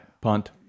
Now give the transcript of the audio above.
punt